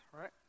right